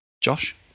Josh